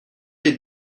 les